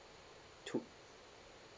two